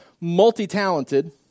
multi-talented